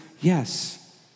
Yes